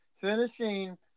finishing